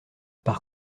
par